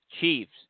Chiefs